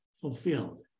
fulfilled